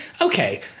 okay